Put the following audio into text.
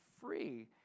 free